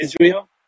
Israel